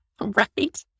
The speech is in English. Right